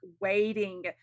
waiting